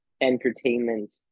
entertainment